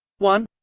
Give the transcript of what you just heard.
one